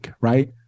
right